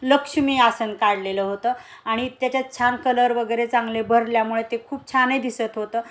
लक्ष्मी आसन काढलेलं होतं आणि त्याच्यात छान कलर वगैरे चांगले भरल्यामुळे ते खूप छानही दिसत होतं